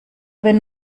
wenn